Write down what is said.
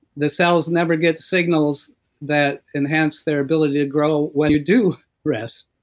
the cells never get the signals that enhance their ability to grow when you do rest